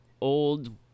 old